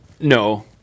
No